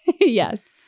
Yes